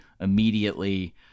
immediately